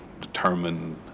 determined